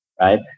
right